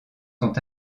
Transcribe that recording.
sont